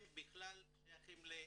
הם בכלל שייכים לעיראקים,